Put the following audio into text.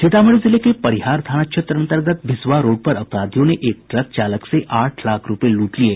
सीतामढ़ी जिले के परिहार थाना क्षेत्र अन्तर्गत भिसवा रोड पर अपराधियों ने एक ट्रक चालक से आठ लाख रूपये लूट लिये